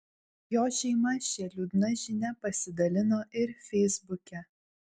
jo šeima šia liūdna žinia pasidalino ir feisbuke